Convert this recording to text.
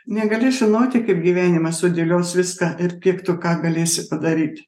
negali žinoti kaip gyvenimas sudėlios viską ir kaip tu ką galėsi padaryti